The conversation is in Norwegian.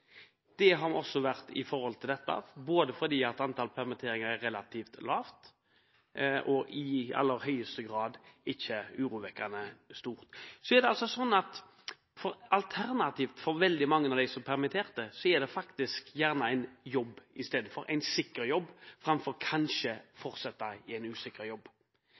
har det også vært når det gjelder dette, fordi antallet permitteringer er relativt lavt og i aller høyeste grad ikke urovekkende stort. Og så er det slik at alternativet for veldig mange av dem som er permittert, er gjerne en jobb, en sikker jobb – framfor kanskje å fortsette i en usikker jobb.